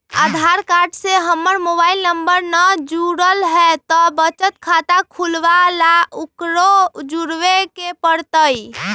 आधार card से हमर mobile number न जुरल है त बचत खाता खुलवा ला उकरो जुड़बे के पड़तई?